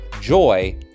joy